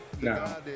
No